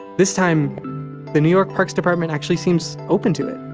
this time the new york parks department actually seems open to it.